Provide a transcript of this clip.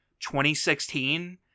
2016